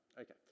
Okay